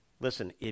Listen